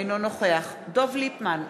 אינו נוכח דב ליפמן,